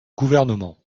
gouvernement